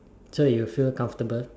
so that you will feel comfortable